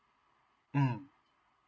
mm